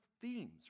themes